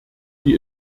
die